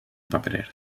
paperer